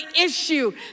issue